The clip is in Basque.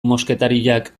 mosketariak